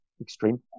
extreme